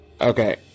Okay